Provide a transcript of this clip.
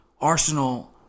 Arsenal